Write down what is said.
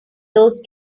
those